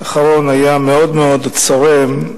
היתה מאוד מאוד צורמת.